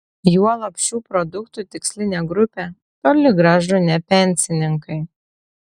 juolab šių produktų tikslinė grupė toli gražu ne pensininkai